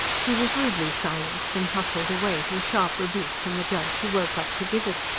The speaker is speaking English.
he was rudely silenced and hustled away, to a sharp rebuke from the judge, who woke up to give it.